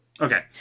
Okay